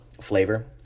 flavor